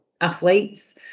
athletes